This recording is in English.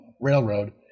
railroad